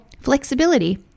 flexibility